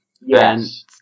yes